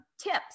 tips